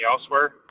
elsewhere